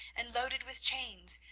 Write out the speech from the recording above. and loaded with chains,